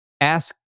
ask